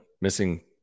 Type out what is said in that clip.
missing